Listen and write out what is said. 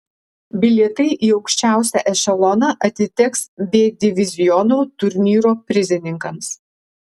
bilietai į aukščiausią ešeloną atiteks b diviziono turnyro prizininkams